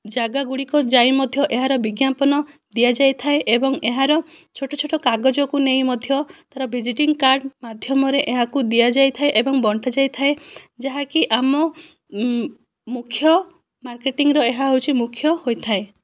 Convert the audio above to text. ଜାଗା ଗୁଡ଼ିକ ଯାଇ ମଧ୍ୟ ଏହାର ବିଜ୍ଞାପନ ଦିଆଯାଇଥାଏ ଏବଂ ଏହାର ଛୋଟ ଛୋଟ କାଗଜକୁ ନେଇ ମଧ୍ୟ ତା'ର ଭିଜିଟିଙ୍ଗ କାର୍ଡ ମାଧ୍ୟମରେ ଏହାକୁ ଦିଆ ଯାଇଥାଏ ଏବଂ ବଣ୍ଟା ଯାଇଥାଏ ଯାହାକି ଆମ ମୁଖ୍ୟ ମାର୍କେଟିଙ୍ଗର ଏହା ହୋଉଛି ମୁଖ୍ୟ ହୋଇଥାଏ